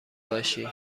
باشی